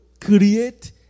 create